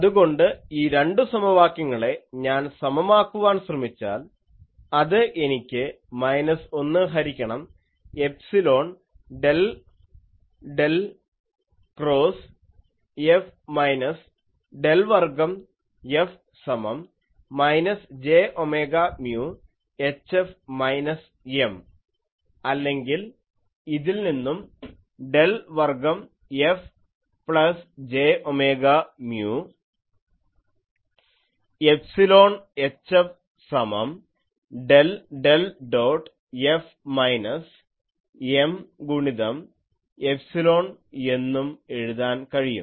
അതുകൊണ്ട് ഈ രണ്ടു സമവാക്യങ്ങളെ ഞാൻ സമമാക്കുവാൻ ശ്രമിച്ചാൽ അത് എനിക്ക് മൈനസ് 1 ഹരിക്കണം epsilon del del cross F minus del വർഗ്ഗം F സമം മൈനസ് j ഒമേഗ മ്യൂ HFമൈനസ് M അല്ലെങ്കിൽ ഇതിൽ നിന്നും ഡെൽ വർഗ്ഗം F plus j omega mu epsilon HF സമം del del dot F minus M ഗുണിതം എപ്സിലോൺ എന്നും എഴുതാൻ കഴിയും